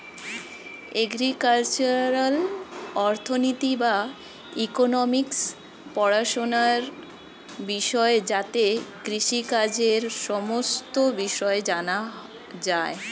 agricultural অর্থনীতি বা economics পড়াশোনার বিষয় যাতে কৃষিকাজের সমস্ত বিষয় জানা যায়